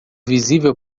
visível